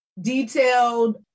detailed